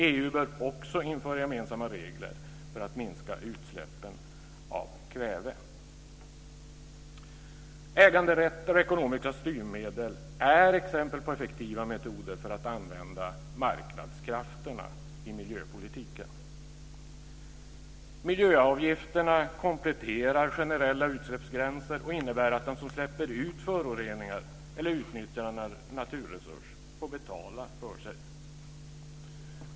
EU bör också införa gemensamma regler för att minska utsläppen av kväve. Äganderätter och ekonomiska styrmedel är exempel på effektiva metoder för att använda marknadskrafterna i miljöpolitiken. Miljöavgifterna kompletterar generella utsläppsgränser och innebär att den som släpper ut föroreningar eller utnyttjar en naturresurs får betala för sig.